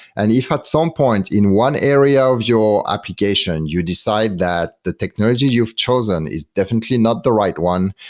and if at some point in one area of your application you decide that the technologies you've chosen is definitely not the right one,